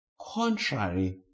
contrary